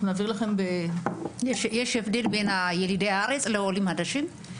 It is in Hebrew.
יש הבדל בין ילידי הארץ לבין עולים חדשים?